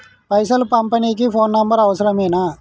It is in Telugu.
పైసలు పంపనీకి ఫోను నంబరు అవసరమేనా?